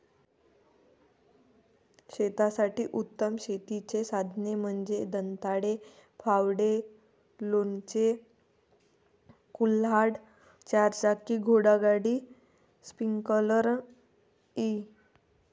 शेतासाठी उत्तम शेतीची साधने म्हणजे दंताळे, फावडे, लोणचे, कुऱ्हाड, चारचाकी घोडागाडी, स्प्रिंकलर इ